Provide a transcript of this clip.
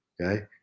Okay